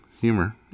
humor